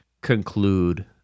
conclude